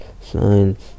signs